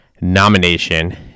nomination